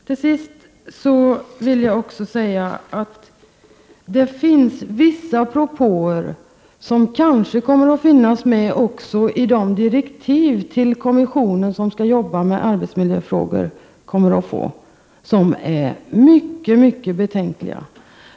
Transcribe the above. Till slut vill jag säga: Det finns vissa propåer, som kanske kommer att finnas med i direktiven till den kommission som skall arbeta med arbetsmiljöfrågorna och som är mycket betänkliga.